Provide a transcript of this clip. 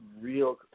real